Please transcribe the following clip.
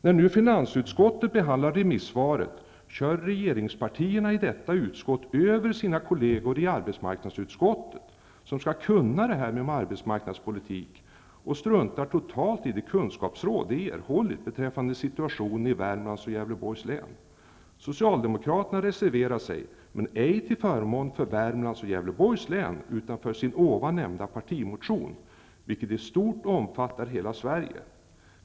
När nu finansutskottet behandlar remissvaret -- kör regeringspartierna i detta utskott över sina kolleger i arbetsmarknadsutskottet -- som skall kunna detta med arbetsmarknadspolitik, och struntar totalt i de kunskapsråd de erhållit beträffande situationen i Socialdemokraterna reserverar sig, men ej till förmån för Värmlands och Gävleborgs län, utan för sin ovan nämnda partimotion, vilken i stort omfattar hela Sverige.